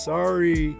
Sorry